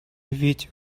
ведь